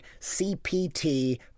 CPT